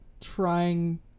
trying